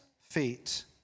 feet